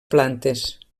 plantes